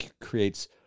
creates